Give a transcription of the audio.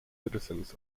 citizens